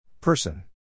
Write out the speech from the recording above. Person